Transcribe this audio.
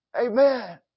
Amen